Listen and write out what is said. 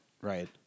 Right